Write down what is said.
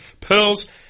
Pearl's